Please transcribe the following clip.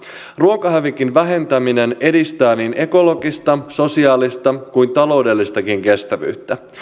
ruokahävikin vähentäminen edistää niin ekologista sosiaalista kuin taloudellistakin kestävyyttä